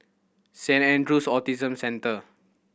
Saint Andrew's Autism Centre